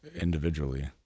individually